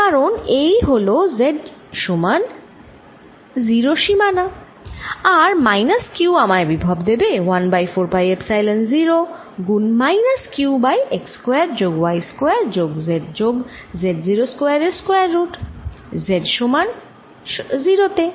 কারণ এই হল z সমান 0 সীমানা আর মাইনাস q আমায় বিভব দেবে 1 বাই 4 পাই এপসাইলন 0 গুণ minus q by x square যোগ y স্কয়ার যোগ z যোগ Z0 স্কয়ার এর স্কয়ার রুট z সমান 0 তে